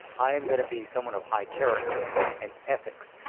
i am going to be someone of high character and ethics.